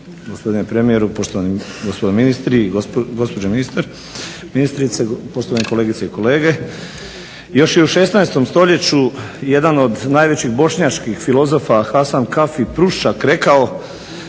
gospodine premijeru, poštovani gospodine ministri, gospođo ministrice, poštovane kolegice i kolege. Još je u 16. stoljeću jedan od najvećih bošnjačkih filozofa Hasan Kafi Prušak rekao